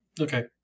Okay